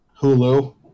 Hulu